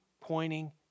pointing